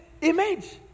image